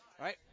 Right